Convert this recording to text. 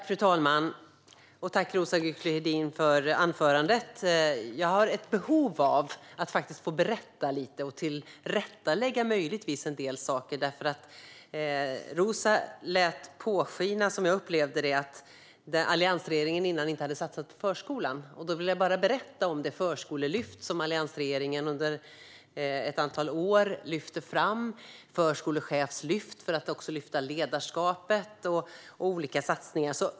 Fru talman! Jag tackar Roza Güclü Hedin för anförandet. Jag har ett behov av att få berätta lite och möjligtvis tillrättalägga en del saker. Som jag upplevde det lät Roza påskina att alliansregeringen inte hade satsat på förskolan. Då vill jag berätta om Förskolelyftet, som alliansregeringen gjorde under ett antal år, och det förskolechefslyft som gjordes för att lyfta ledarskapet. Även olika andra satsningar gjordes.